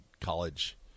college